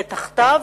ותחתיו,